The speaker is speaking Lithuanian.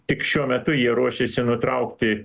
tik šiuo metu jie ruošiasi nutraukti